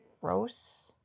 gross-